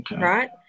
right